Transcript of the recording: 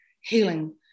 healing